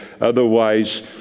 Otherwise